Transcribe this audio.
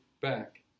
back